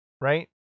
Right